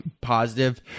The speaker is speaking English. positive